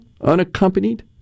Unaccompanied